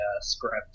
script